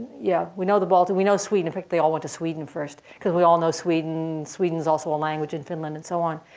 yeah we know the baltics. we know sweden. in fact they all went to sweden first because we all know sweden. sweden is also a language in finland, and so on.